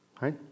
right